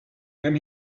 then